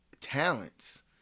talents